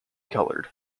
colored